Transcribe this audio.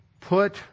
put